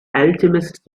alchemists